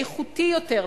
איכותי יותר לציבור.